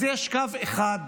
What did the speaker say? אז יש קו אחד